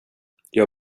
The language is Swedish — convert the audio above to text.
jag